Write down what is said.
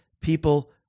People